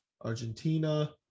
Argentina